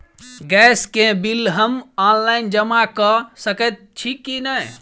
Gas केँ bill हम online जमा कऽ सकैत छी की नै?